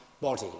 body